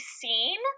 seen